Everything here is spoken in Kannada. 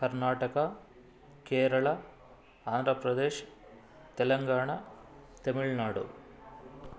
ಕರ್ನಾಟಕ ಕೇರಳ ಆಂಧ್ರ ಪ್ರದೇಶ ತೆಲಂಗಾಣ ತಮಿಳುನಾಡು